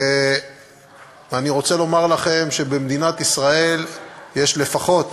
ואני רוצה לומר לכם שבמדינת ישראל יש לפחות